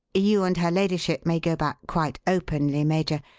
you and her ladyship may go back quite openly, major.